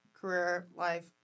career-life